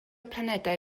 planedau